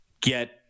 get